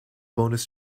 bonus